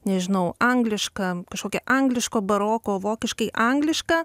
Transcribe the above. nežinau angliška kažkokia angliško baroko vokiškai angliška